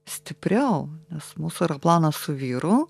stipriau nes mūsų yra planas su vyru